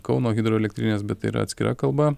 kauno hidroelektrinės bet tai yra atskira kalba